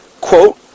Quote